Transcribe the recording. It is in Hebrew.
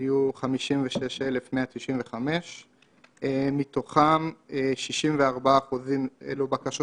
70% מתוך 64% הבקשות